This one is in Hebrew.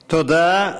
תודה.